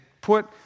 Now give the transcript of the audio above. put